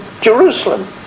Jerusalem